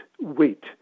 weight